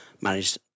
managed